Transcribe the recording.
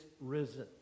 risen